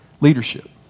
Leadership